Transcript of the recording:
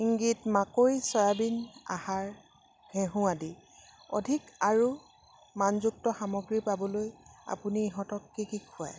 মাকৈ চয়াবিন আহাৰ ঘেঁহু আদি অধিক আৰু মানযুক্ত সামগ্ৰী পাবলৈ আপুনি ইহঁতক কি কি খুৱায়